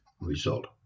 result